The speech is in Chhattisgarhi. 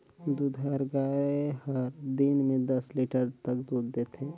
दूधाएर गाय हर दिन में दस लीटर तक दूद देथे